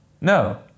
no